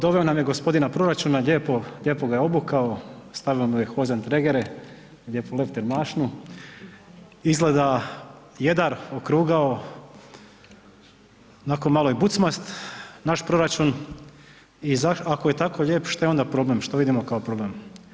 Doveo nam je g. proračuna, lijepo ga je obukao, stavio mu je hozentregere, lijepu leptir mašnu, izgleda jedar, okrugao, onako malo i bucmast naš proračun i ako je tako lijep šta je onda problem, šta vidimo kao problem?